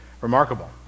remarkable